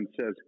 says